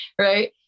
right